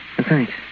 Thanks